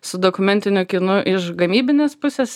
su dokumentiniu kinu iš gamybinės pusės